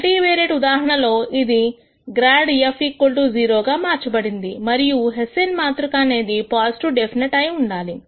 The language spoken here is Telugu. మల్టీవేరియేట్ ఉదాహరణలో ఇది ∇ f 0 గా మార్చబడింది మరియు హెస్సేన్ మాతృక అనేది పాజిటివ్ డెఫినెట్ అయి ఉండాలి